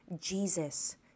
Jesus